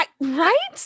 Right